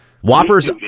Whoppers